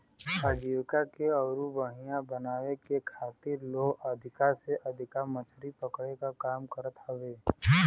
आजीविका के अउरी बढ़ियां बनावे के खातिर लोग अधिका से अधिका मछरी पकड़े क काम करत हवे